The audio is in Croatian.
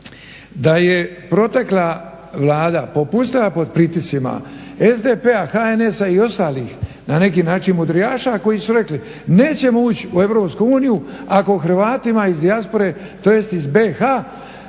da je protekla Vlada popustila pod pritiscima SDP-a, HNS-a i ostalih na neki način mudrijaša koji su rekli nećemo ući u Europsku uniju ako Hrvatima iz dijaspore tj. iz BiH